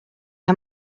how